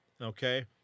okay